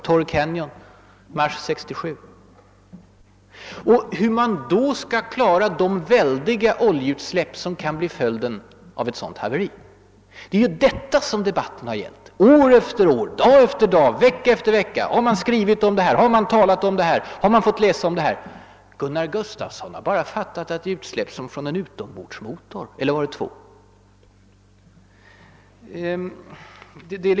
Hur skall man klara de väldiga oljeutsläpp som kan bli följden av ett sådant haveri? Det är detta debatten har gällt. Dag efter dag, vecka efter vecka, år efter år har man talat och skrivit om detta. Gunnar Gustafsson har bara fattat att det är fråga om sådana utsläpp som från en eller två utombordsmotorer.